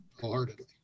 wholeheartedly